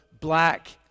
black